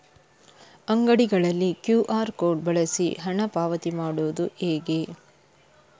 ಅಂಗಡಿಗಳಲ್ಲಿ QR code ಬಳಸಿ ಹಣ ಪಾವತಿ ಮಾಡೋದು ಹೇಗೆ?